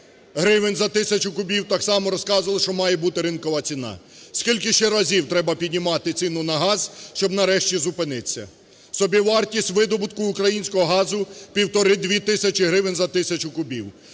гривень за тисячу кубів, так само розказували, що має бути ринкова ціна. Скільки ще разів треба піднімати ціну на газ, щоб нарешті зупинитися? Собівартість видобутку українського газу 1,5-2 тисячі гривень за тисячу кубів,